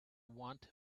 want